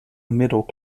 middle